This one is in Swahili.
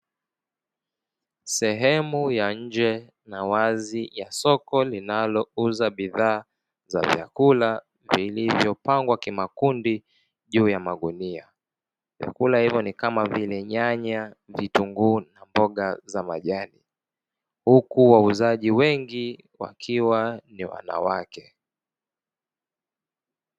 Sehemu ya nje na wazi ya soko linalouza bidhaa za vyakula zilizopangwa kimakundi juu ya magunia, vyakula hivyo ni kama vile; nyanya, vitunguu na mboga za majani, huku wauzaji wengi wakiwa ni wanawake.